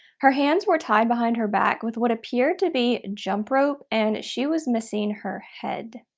her hands were tied behind her back with what appeared to be jump rope, and she was missing her head.